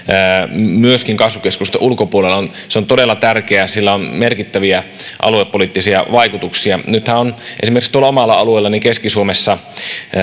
myöskin kasvukeskusten ulkopuolella on todella tärkeää sillä on merkittäviä aluepoliittisia vaikutuksia esimerkiksi tuolla omalla alueellani keski suomessa